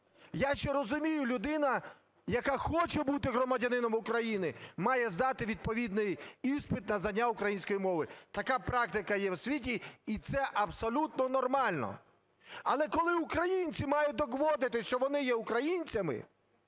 Я ще розумію, людина, яка хоче бути громадянином України, має здати відповідний іспит на знання української мови, така практика є в світі, і це абсолютно нормально. Але коли українці мають доводити, що вони є українцями,